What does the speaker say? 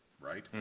right